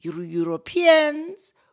Europeans